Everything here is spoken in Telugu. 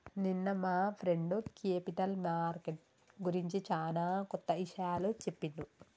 నిన్న మా ఫ్రెండు క్యేపిటల్ మార్కెట్ గురించి చానా కొత్త ఇషయాలు చెప్పిండు